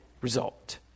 result